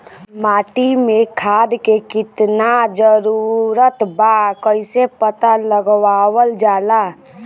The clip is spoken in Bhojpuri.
माटी मे खाद के कितना जरूरत बा कइसे पता लगावल जाला?